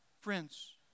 Friends